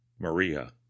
Maria